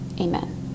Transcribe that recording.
Amen